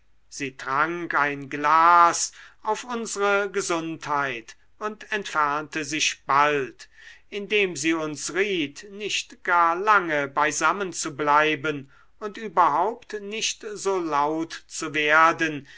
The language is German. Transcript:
sie trank ein glas auf unsre gesundheit und entfernte sich bald indem sie uns riet nicht gar lange beisammen zu bleiben und überhaupt nicht so laut zu werden